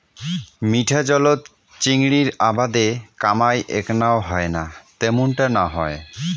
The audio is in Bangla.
মিঠা জলত চিংড়ির আবাদের কামাই এ্যাকনাও হয়না ত্যামুনটা না হয়